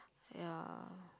ya